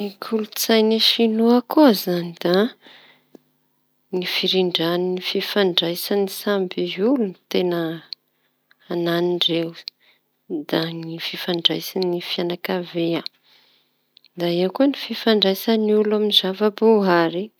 Ny kolon-tsain'i sino koa izañy da firindrany fifandraisa samby olo teña ananindreo sy fifandraisa fianankavia da eo koa fifandraisa amy zava boary.